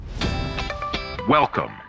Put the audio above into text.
Welcome